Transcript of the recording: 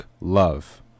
love